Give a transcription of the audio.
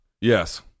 Yes